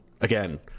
again